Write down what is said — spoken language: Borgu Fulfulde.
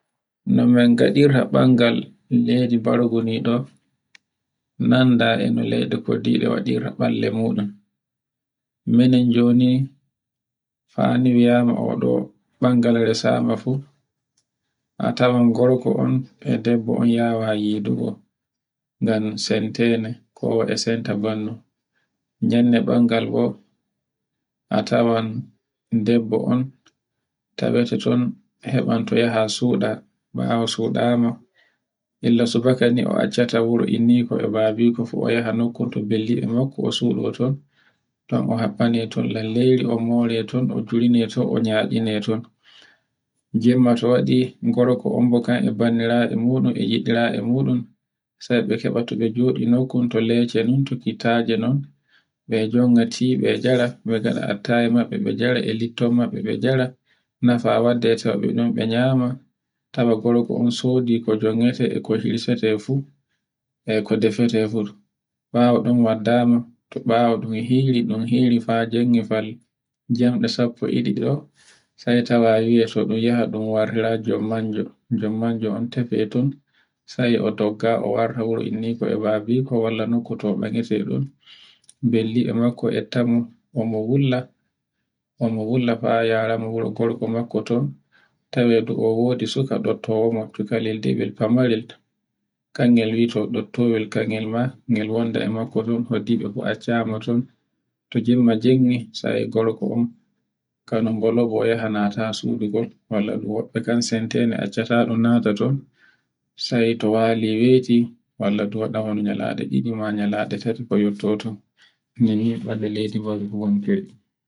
No min gaɗirta ɓangal leydi bargu ni ɗo. Nanda e no leyde kodiɗe waɗirta ɓalle muɗum. Minon joni fani o wiyama o ɗo ɓangal resama fu a tawan gorko on e dobbo on yawayi yidugo. Ngam samtene, kowa e semta bandu yande ɓangal bo a tawan debbo on taweto ton e heɓa to yahan suɗa, mo yaha mo suɗama. illa subaka ni o accata wuro inniko e babiko fu o yaha nokkutu balle e makko o suɗo ton. ton a haɓɓani ton lalleri, o more ton, o julne ton, o nyaɗine ton. jemma to waɗi gorko kon e ɓandiraɓe muɗum e yiɗire'e muɗum sai be keɓa tobe joɗo noy kultol to kittaje non ɓe jonga ti be njara, ɓe jara e lipton maɓɓe, ɓe nara nafa wadde nyama, o tawa gorko on sodi ko jongete e ko hirsete fu e ko defete fu. ɓawo ɗun waddama to hiri ɗun hiri fa jengi fal jamɗe sappo e ɗiɗo sai tawa e yiwa to ɗun yaha ɗun wartira majjo e majum on tefe ton. sai o dogga o warta e wuro inniko e babiko walla nukkuto be ngiate ɗun bellibe makko ettamo, o mo wulla o mo wulla fa yara mo wuro gorko makko ton. tawe o wodi suka famarel, kangel wi'ete ɗottoyel kangel ma, ngel wonda e makko, heddi ton accama ton. to jemma jengi, sai gorko on kanun bolobo yaha nata sudu ngun, walla woɓɓe bo santai accaitai un nata ton sai to wali wati. walla do tawa nyalande ɗiɗi ma, nyalaɗe tati ko yottoto ni